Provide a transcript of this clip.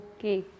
Okay